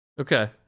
Okay